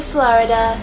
Florida